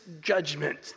judgment